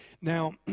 Now